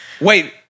Wait